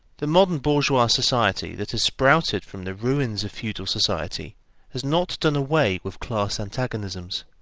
the modern bourgeois society that has sprouted from the ruins of feudal society has not done away with class antagonisms.